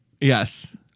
Yes